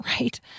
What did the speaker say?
right